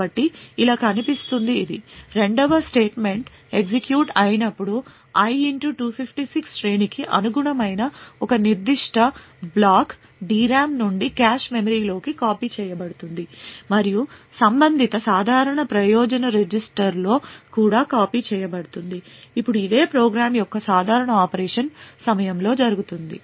కాబట్టి ఇలా కనిపిస్తుంది ఇది రెండవ స్టేట్మెంట్ ఎగ్జిక్యూట్ అయినప్పుడు i 256 శ్రేణికి అనుగుణమైన ఒక నిర్దిష్ట బ్లాక్ DRAM నుండి కాష్ మెమరీలోకి కాపీ చేయబడుతుంది మరియు సంబంధిత సాధారణ ప్రయోజన రిజిస్టర్లో కూడా కాపీ చేయబడుతుంది ఇప్పుడు ఇదే ప్రోగ్రామ్ యొక్క సాధారణ ఆపరేషన్ సమయంలో జరుగుతుంది